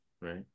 right